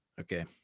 Okay